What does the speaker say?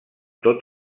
tot